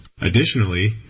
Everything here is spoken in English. Additionally